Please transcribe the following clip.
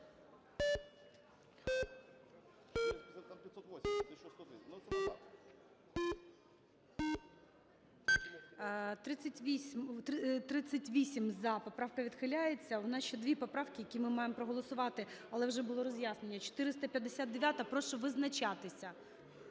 За-38 Поправка відхиляється. В нас ще дві поправки, які ми маємо проголосувати, але вже було роз'яснення. 259-а. Прошу визначатися.